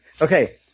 Okay